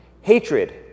hatred